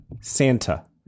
Santa